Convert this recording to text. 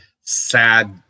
sad